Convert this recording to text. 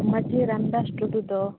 ᱢᱟᱺᱡᱷᱤ ᱨᱟᱢᱫᱟᱥ ᱴᱩᱰᱩ ᱫᱚ